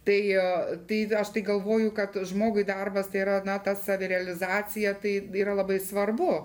tai tai aš tai galvoju kad žmogui darbas yra na ta savirealizacija tai yra labai svarbu